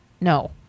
No